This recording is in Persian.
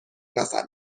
مثلا